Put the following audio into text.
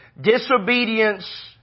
Disobedience